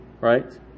right